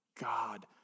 God